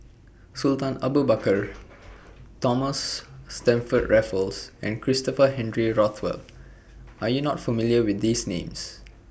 Sultan Abu Bakar Thomas Stamford Raffles and Christopher Henry Rothwell Are YOU not familiar with These Names